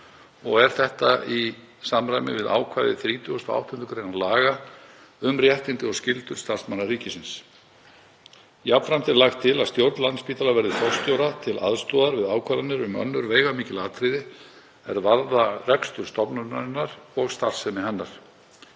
og er þetta í samræmi við ákvæði 38. gr. laga um réttindi og skyldur starfsmanna ríkisins. Jafnframt er lagt til að stjórn Landspítala verði forstjóra til aðstoðar við ákvarðanir um önnur veigamikil atriði er varða rekstur stofnunarinnar og starfsemi hennar.